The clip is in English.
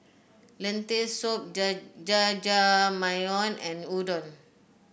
Lentil Soup Ja Jajangmyeon and Udon